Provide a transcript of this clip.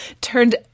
turned